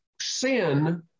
sin